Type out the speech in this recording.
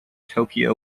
tokyo